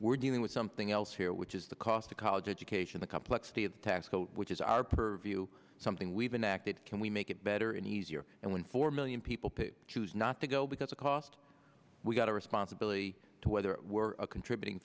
we're dealing with something else here which is the cost of college education the complexity of the tax code which is our purview it's something we've been active can we make it better and easier and when four million people to choose not to go because of cost we've got a responsibility to whether we're a contributing